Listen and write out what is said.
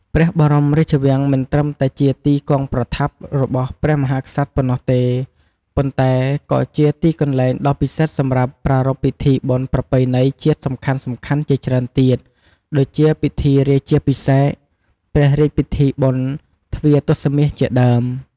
ព្រះបរមរាជវាំង មិនត្រឹមតែជាទីគង់ប្រថាប់របស់ព្រះមហាក្សត្រប៉ុណ្ណោះទេ ប៉ុន្តែក៏ជា ទីកន្លែងដ៏ពិសិដ្ឋសម្រាប់ប្រារព្ធពិធីបុណ្យប្រពៃណីជាតិសំខាន់ៗជាច្រើនទៀត ដូចជា ពិធីរាជាភិសេក ព្រះរាជពិធីបុណ្យទ្វារទសមាសជាដើម។